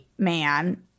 man